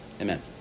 Amen